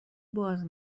باز